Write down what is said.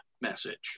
message